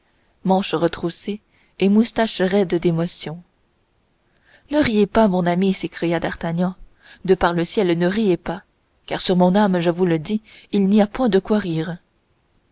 manches retroussées et moustaches raides d'émotion ne riez pas mon ami s'écria d'artagnan de par le ciel ne riez pas car sur mon âme je vous le dis il n'y a point de quoi rire